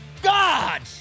God